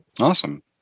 Awesome